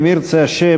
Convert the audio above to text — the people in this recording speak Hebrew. אם ירצה השם,